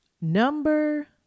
Number